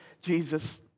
Jesus